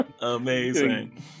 Amazing